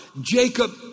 Jacob